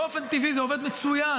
באופן טבעי זה עובד מצוין.